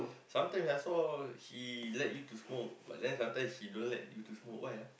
sometime that's all she like you to smoke but then sometime she don't like to smoke why ah